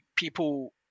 People